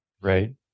Right